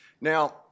Now